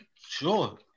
sure